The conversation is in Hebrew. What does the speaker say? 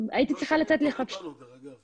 הינה פתרון, זהו.